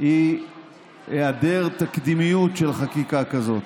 היא היעדר תקדימיות של חקיקה כזאת.